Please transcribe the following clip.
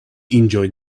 enjoyed